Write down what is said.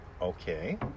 Okay